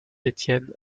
étienne